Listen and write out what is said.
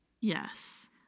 yes